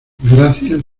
gracias